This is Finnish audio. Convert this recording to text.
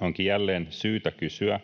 Onkin jälleen syytä kysyä,